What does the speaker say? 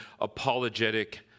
apologetic